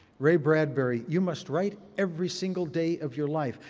ray bradbury. you must write every single day of your life.